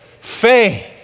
faith